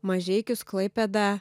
mažeikius klaipėdą